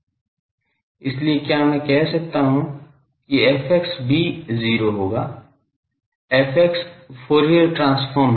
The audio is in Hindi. इसलिए क्या मैं कह सकता हूं कि fx भी 0 होगा fx फूरियर ट्रांसफॉर्म है